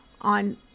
On